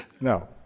no